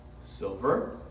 silver